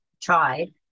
tried